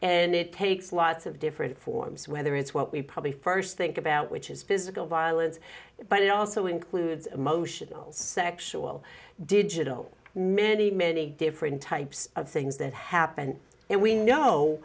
and it takes lots of different forms whether it's what we probably st think about which is physical violence but it also includes emotional sexual digital mini many different types of things that happened and we know